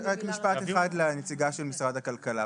משפט אחד לנציגת משרד הכלכלי.